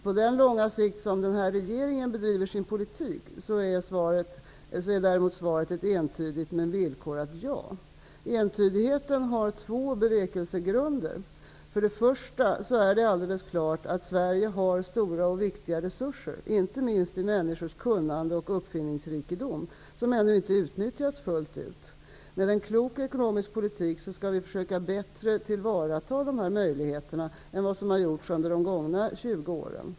På den långa sikt den här regeringen bedriver sin politik är däremot svaret ett entydigt men villkorat Entydigheten har två bevekelsegrunder. För det första är det alldeles klart att Sverige har stora och viktiga resurser, inte minst i människors kunnande och uppfinningsrikedom, som ännu inte utnyttjats fullt ut. Med en klok ekonomisk politik skall vi försöka att bättre tillvarata dessa möjligheter än vad som gjorts under de gångna 20 åren.